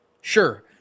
Sure